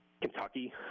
Kentucky